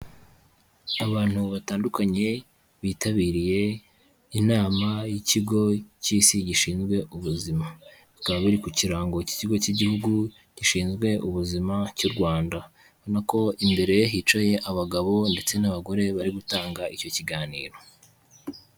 Abantu batandukanye bitabiriye inama y'ikigo cy'Isi gishinzwe ubuzima, bikaba biri ku kirango k'ikigo cy'Igihugu gishinzwe Ubuzima cy'u Rwanda, ubona ko imbere hicaye abagabo ndetse n'abagore bari gutanga icyo kiganiro.